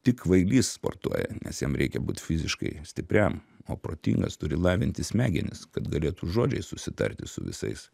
tik kvailys sportuoja nes jam reikia būt fiziškai stipriam o protingas turi lavinti smegenis kad galėtų žodžiais susitarti su visais